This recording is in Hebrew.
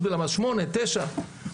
רשות בלמ"ס שמונה, תשע,